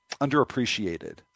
underappreciated